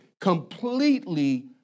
completely